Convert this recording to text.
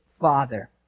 Father